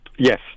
Yes